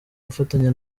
gufatanya